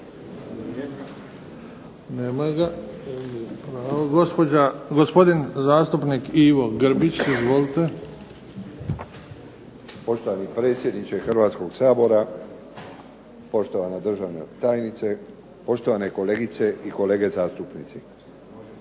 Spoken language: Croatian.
HRvatskog sabora, poštovana državna tajnice, poštovane kolegice i kolege zastupnici.